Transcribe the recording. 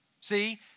See